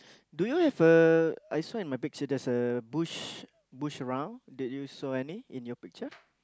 do you have a I saw in my picture there's a bush bush around did you saw any in your picture